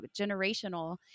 generational